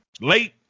late